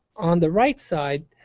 on the right side,